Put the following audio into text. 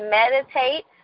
meditate